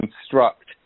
construct